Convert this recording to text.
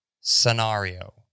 scenario